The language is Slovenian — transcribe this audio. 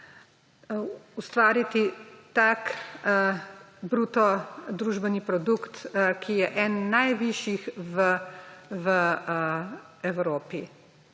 ustvariti tak bruto družbeni produkt, ki je eden najvišjih v Evropi.